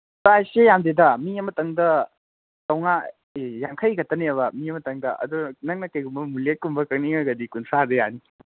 ꯄ꯭ꯔꯥꯏꯁꯁꯦ ꯌꯥꯝꯗꯦꯗ ꯃꯤ ꯑꯃꯇꯪꯗ ꯌꯥꯡꯈꯩ ꯈꯛꯇꯅꯦꯕ ꯃꯤ ꯑꯃꯇꯪꯗ ꯑꯗꯨ ꯅꯪꯅ ꯀꯩꯒꯨꯝꯕ ꯃꯨꯂꯦꯠꯀꯨꯝꯕ ꯀꯛꯅꯤꯡꯉꯒꯗꯤ ꯀꯨꯟꯊ꯭ꯔꯥꯗ ꯌꯥꯅꯤ